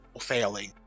failing